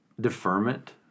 deferment